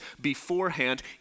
beforehand